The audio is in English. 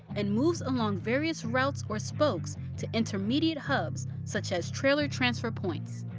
and moves along various routes, or spokes, to intermediate hubs, such as trailer transfer points.